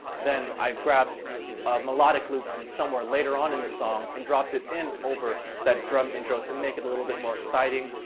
then i grab a melodic loop from somewhere later on in the song and dropped it in over that drum intro to make it a little bit more exciting.